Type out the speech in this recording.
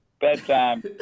bedtime